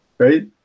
right